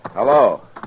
Hello